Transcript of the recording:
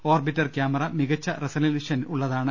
orbiter camera മികച്ച റെസല്യൂഷനുള്ളതാണ്